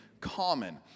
common